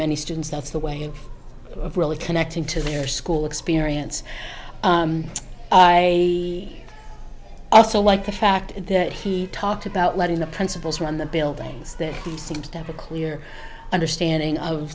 many students that's the way of really connecting to their school experience i also like the fact that he talked about letting the principals run the buildings that he seemed to have a clear understanding of